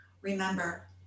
remember